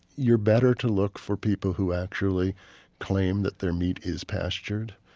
you're better to look for people who actually claim that their meat is pastured,